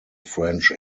french